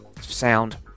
Sound